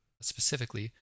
specifically